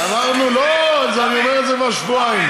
אז אמרנו, לא, אני אומר את זה כבר שבועיים.